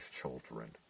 children